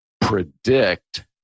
predict